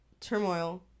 turmoil